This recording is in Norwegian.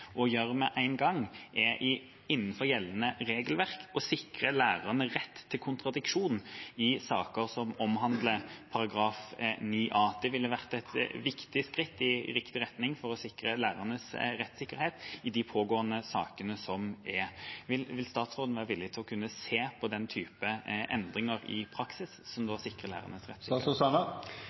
å gjøre med en gang, er innenfor gjeldende regelverk å sikre lærerne rett til kontradiksjon i saker som omhandler § 9 a. Det ville vært et viktig skritt i riktig retning for å sikre lærernes rettssikkerhet i de pågående sakene. Vil statsråden være villig til å se på den typen endringer i praksis for å sikre lærerne rettssikkerhet? Som